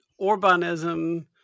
Orbanism